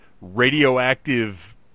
radioactive